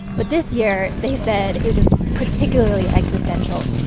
but this year, they said it was particularly existential.